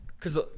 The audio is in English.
Cause